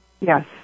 Yes